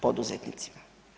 Poduzetnicima.